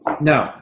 Now